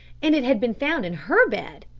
and it had been found in her bed!